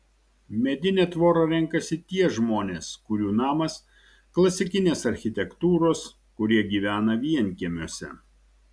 medinę tvorą renkasi tie žmonės kurių namas klasikinės architektūros kurie gyvena vienkiemiuose